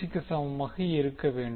க்கு சமமாக இருக்க வேண்டும்